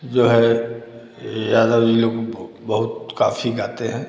जो है यादव जी लोग बहुत काफ़ी गाते हैं